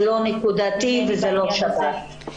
זה לא נקודתי וזה לא שירות בתי הסוהר.